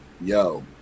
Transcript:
yo